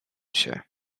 się